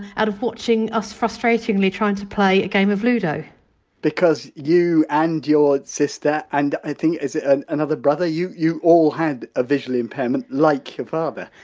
out of watching us frustratingly trying to play a game of ludo because you and your sister and, i think, is it ah another brother, you you all had a visual impairment like your father?